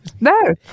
no